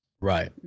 Right